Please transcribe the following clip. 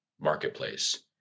marketplace